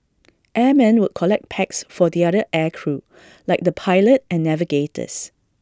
airmen would collect packs for the other air crew like the pilot and navigators